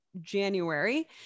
january